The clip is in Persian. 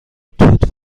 توت